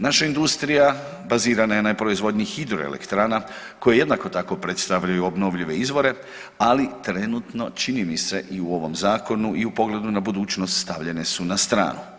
Naša industrija bazirana je na proizvodnji hidroelektrana koje jednako tako predstavljaju obnovljive izvore ali trenutno čini mi se i u ovom zakonu i u pogledu na budućnost stavljene su na stranu.